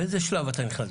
באיזה שלב אתה נכנס?